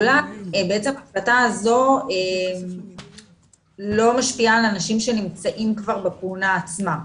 ההחלטה הזאת לא משפיעה על אנשים שנמצאים בכהונה עצמה,